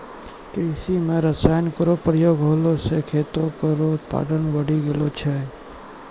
कृषि म रसायन केरो प्रयोग होला सँ खेतो केरो उत्पादन बढ़ी गेलो छै